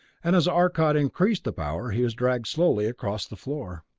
and as arcot increased the power, he was dragged slowly across the floor.